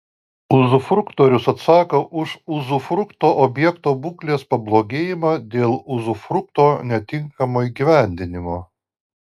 uzufruktorius atsako už uzufrukto objekto būklės pablogėjimą dėl uzufrukto netinkamo įgyvendinimo